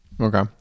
okay